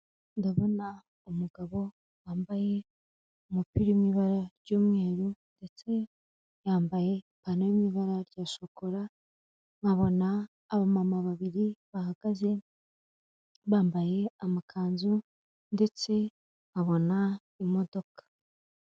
Ndabona umugabo wambaye umupira iri mu ibara ry'umweru, ndetse yambaye ipantaro yo mu ibara rya shokora, nkabona abamama babiri bahagaze, bambaye amakanzu, ndetse nkabona imodoka.